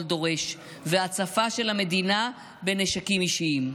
דורש והצפה של המדינה בנשקים אישיים.